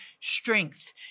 strength